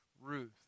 Ruth